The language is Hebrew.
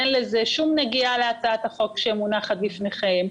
אין לזה שום נגיעה להצעת החוק שמונחת בפניכם.